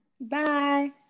Bye